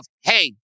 hey